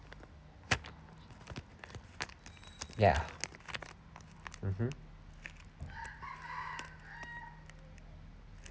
ya mmhmm